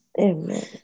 Amen